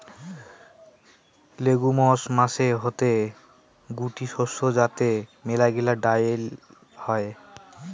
legumes মানে হসে গুটি শস্য যাতে মেলাগিলা ডাল হই